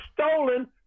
stolen